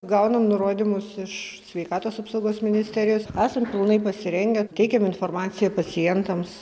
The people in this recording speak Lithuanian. gaunam nurodymus iš sveikatos apsaugos ministerijos esam pilnai pasirengę teikiam informaciją pacientams